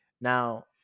Now